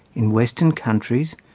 in western countries,